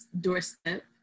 doorstep